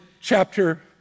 chapter